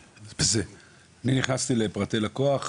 אני נכנסתי לפרטי לקוח.